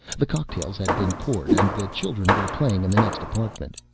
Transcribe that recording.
the cocktails had been poured and the children were playing in the next apartment.